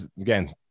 again